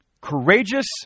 courageous